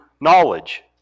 knowledge